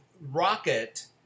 rocket